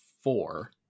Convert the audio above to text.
four